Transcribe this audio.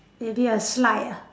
maybe a slide ah